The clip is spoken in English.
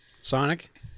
Sonic